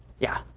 yeah,